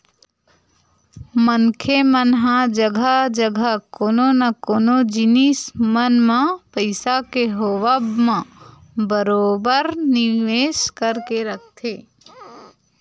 मनखे मन ह जघा जघा कोनो न कोनो जिनिस मन म पइसा के होवब म बरोबर निवेस करके रखथे